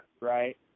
Right